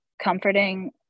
comforting